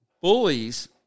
Bullies